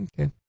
Okay